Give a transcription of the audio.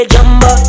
Jumbo